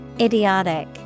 Idiotic